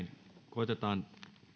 koetetaan